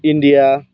India